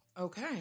Okay